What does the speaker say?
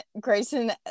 Grayson